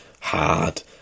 hard